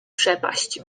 przepaść